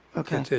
ok.